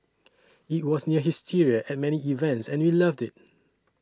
it was near hysteria at many events and we loved it